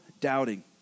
doubting